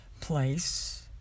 place